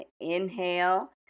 inhale